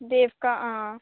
देवका हां